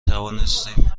توانستیم